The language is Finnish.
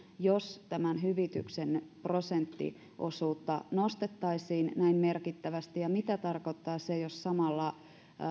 jos tämän hyvityksen prosenttiosuutta nostettaisiin näin merkittävästi ja mitä tarkoittaa se jos samalla